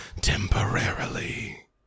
temporarily